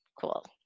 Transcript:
Cool